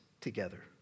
together